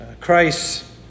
Christ